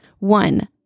one